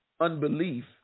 unbelief